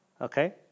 Okay